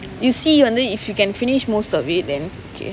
you see whether if you can finish most of it then okay